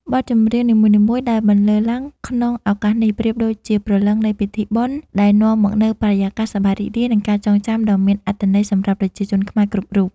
បទចម្រៀងនីមួយៗដែលបន្លឺឡើងក្នុងឱកាសនេះ ប្រៀបដូចជាព្រលឹងនៃពិធីបុណ្យ ដែលនាំមកនូវបរិយាកាសសប្បាយរីករាយ និងការចងចាំដ៏មានអត្ថន័យសម្រាប់ប្រជាជនខ្មែរគ្រប់រូប។